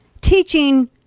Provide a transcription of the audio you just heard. teaching